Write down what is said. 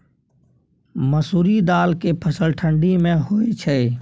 मसुरि दाल के फसल ठंडी मे होय छै?